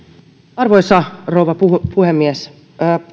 arvoisa rouva puhemies